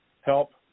help